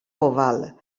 oval